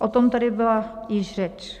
O tom tady byla již řeč.